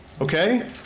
okay